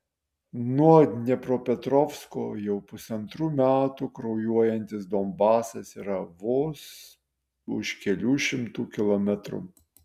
nuo dniepropetrovsko jau pusantrų metų kraujuojantis donbasas yra vos už kelių šimtų kilometrų